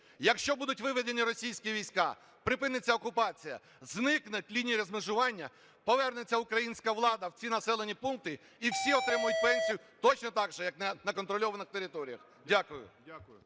Якщо будуть виведені російська війська, припиниться окупація, зникнуть лінії розмежування, повернеться українська влада в ці населені пункти, і всі отримують пенсію точно так же, як на контрольованих територіях. Дякую.